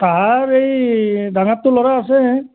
তাহাৰ এই ডাঙাৰটো ল'ৰা আছে